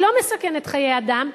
והיא לא מסכנת חיי אדם,